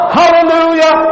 hallelujah